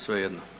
Svejedno.